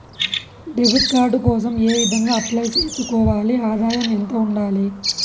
Debit card కోసం ఏ విధంగా అప్లై సేసుకోవాలి? ఆదాయం ఎంత ఉండాలి?